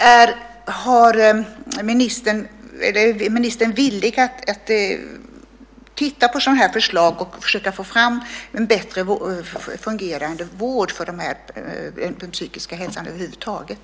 Är ministern villig att titta på sådana här förslag och försöka få fram en bättre fungerande vård för den psykiska hälsan över huvud taget?